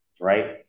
right